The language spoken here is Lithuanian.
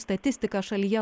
statistika šalyje